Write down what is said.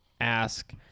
ask